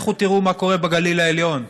לכו תראו מה קורה בגליל העליון.